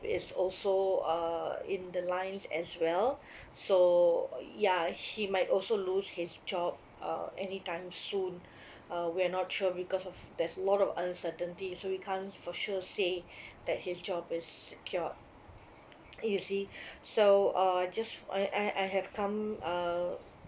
is also uh in the lines as well so ya he might also lose his job uh any time soon uh we're not sure because of there's a lot of uncertainty so we can't for sure say that his job is secured you see so uh just I I I have come uh